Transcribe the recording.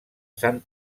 sant